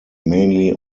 mainly